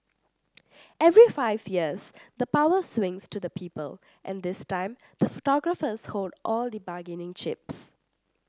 every five years the power swings to the people and this time the photographers hold all the bargaining chips